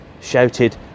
shouted